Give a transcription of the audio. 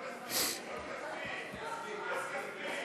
ההצעה להעביר את הצעת חוק הגנת הצרכן